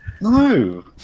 No